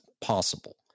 possible